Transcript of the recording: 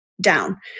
down